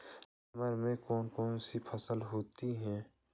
नवंबर में कौन कौन सी फसलें होती हैं?